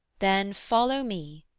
then follow me,